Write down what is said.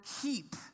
keep